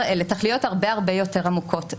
אלה תכליות הרבה יותר עמוקות.